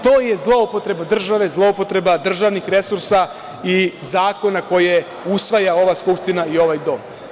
To je zloupotreba države, zloupotreba državnih resursa i zakona koje usvaja ova Skupština i ovaj dom.